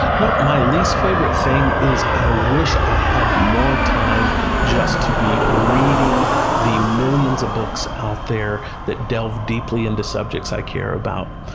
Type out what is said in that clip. know, my least favorite thing is i wish i had more time just to be reading the millions of books out there that delve deeply into subjects i care about.